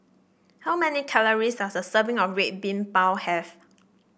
how many calories does a serving of Red Bean Bao have